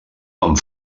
amb